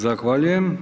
Zahvaljujem.